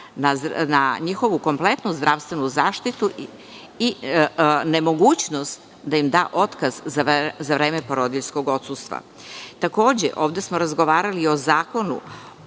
na njihovu kompletnu zdravstvenu zaštitu i nemogućnost da im da otkaz za vreme porodiljskog odsustva. Ovde smo razgovarali i o Zakonu